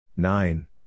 Nine